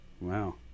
Wow